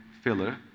filler